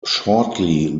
shortly